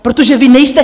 Protože vy nejste...